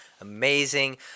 amazing